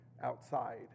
Outside